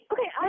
Okay